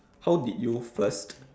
how did you first